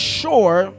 sure